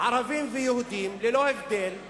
ערבים ויהודים, ללא הבדל,